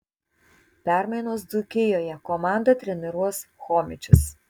permainos dzūkijoje komandą treniruos chomičius